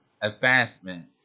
advancement